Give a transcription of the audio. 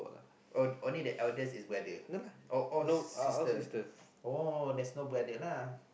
oh only the eldest is brother oh all sister oh there's no brother lah